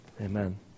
Amen